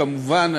כמובן,